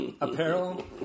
apparel